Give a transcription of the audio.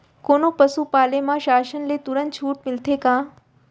कोनो पसु पाले म शासन ले तुरंत छूट मिलथे का?